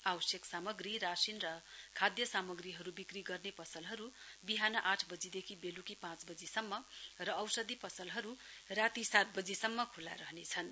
आवश्यक सामग्री राशिन र साद्य सामग्रीहरु विक्री गर्ने पसलहरु विहान आठ बजीदेखि वेलुकी पाँच वजीसम्म र औषधी पसलहरु राती सात बजीसम्म खुल्ला रहनेछन्